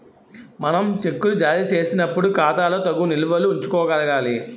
మనం చెక్కులు జారీ చేసినప్పుడు ఖాతాలో తగు నిల్వలు ఉంచుకోగలగాలి